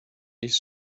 his